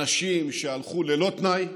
אנשים שהלכו ללא תנאי.